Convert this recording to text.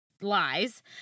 lies